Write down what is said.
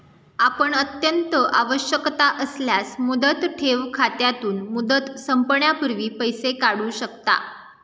आपण अत्यंत आवश्यकता असल्यास मुदत ठेव खात्यातून, मुदत संपण्यापूर्वी पैसे काढू शकता